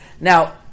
Now